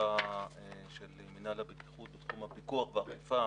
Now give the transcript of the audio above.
של מינהל הבטיחות בתחום הפיקוח והאכיפה,